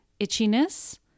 itchiness